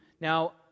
Now